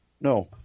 no